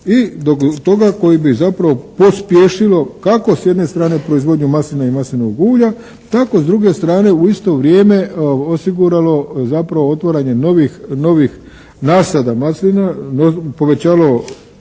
do toga koji bi zapravo pospješilo kako s jedne strane proizvodnju maslina i maslinovog ulja tako s druge strane u isto vrijeme osiguralo zapravo otvaranje novih nasada maslina, povećalo